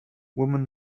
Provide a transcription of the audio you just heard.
woman